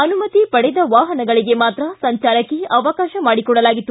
ಅನುಮತಿ ಪಡೆದ ವಾಪನಗಳಿಗೆ ಮಾತ್ರ ಸಂಜಾರಕ್ಕೆ ಅವಕಾಶ ಮಾಡಿಕೊಡಲಾಗಿತ್ತು